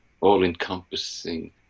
all-encompassing